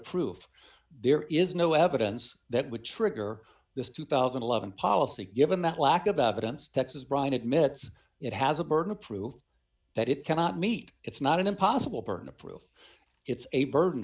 proof there is no evidence that would trigger this two thousand and eleven policy given that lack of evidence texas brine admits it has a burden of proof that it cannot meet its not an impossible burden of proof it's a burden